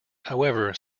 however